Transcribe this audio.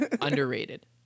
underrated